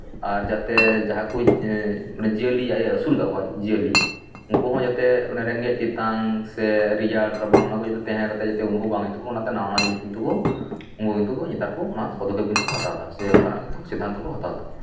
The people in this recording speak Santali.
ᱟᱨ ᱡᱟᱛᱮ ᱡᱟᱦᱟᱸᱠᱚ ᱢᱟᱱᱮ ᱡᱤᱭᱟᱹᱞᱤ ᱟᱡ ᱮ ᱟᱹᱥᱩᱞ ᱠᱟᱫ ᱠᱚᱣᱟᱭ ᱡᱤᱭᱟᱹᱞᱤ ᱩᱱᱠᱩ ᱦᱚᱸ ᱡᱟᱛᱮ ᱨᱮᱸᱜᱮᱡ ᱛᱮᱛᱟᱝ ᱥᱮ ᱨᱮᱭᱟᱲ ᱨᱟᱵᱟᱝ ᱚᱱᱟ ᱠᱚ ᱛᱟᱦᱮᱸ ᱡᱟᱛᱮ ᱚᱱᱩᱵᱷᱚᱵᱽ ᱵᱟᱝ ᱦᱩᱭᱩᱜ ᱛᱟᱠᱚ ᱚᱱᱟᱛᱮ ᱱᱟᱣᱟ ᱡᱤᱱᱤᱥ ᱠᱤᱱᱛᱩ ᱩᱱᱠᱩ ᱠᱤᱱᱛᱩ ᱱᱮᱛᱟᱨ ᱚᱱᱟ ᱯᱚᱫᱚᱠᱷᱮᱯ ᱠᱤᱱᱛᱩ ᱠᱚ ᱦᱟᱛᱟᱣᱫᱟ ᱥᱮ ᱚᱱᱠᱟᱱᱟᱜ ᱜᱮᱠᱚ ᱥᱤᱫᱽᱫᱷᱟᱱᱛᱚ ᱠᱚ ᱦᱟᱛᱟᱣ ᱫᱟ